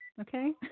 okay